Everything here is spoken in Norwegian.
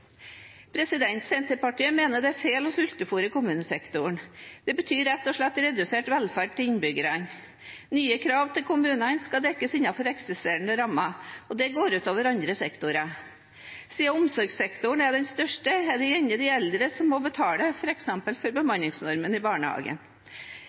Senterpartiet mener det er feil å sultefôre kommunesektoren. Det betyr rett og slett redusert velferd til innbyggerne. Nye krav til kommunene skal dekkes innenfor eksisterende rammer, og det går ut over andre sektorer. Siden omsorgssektoren er den største, er det gjerne de eldre som må betale, f.eks. for